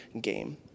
game